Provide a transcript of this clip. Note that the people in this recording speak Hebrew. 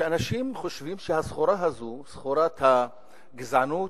שאנשים חושבים שהסחורה הזאת סחורת הגזענות,